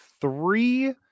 three